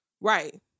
Right